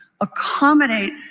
accommodate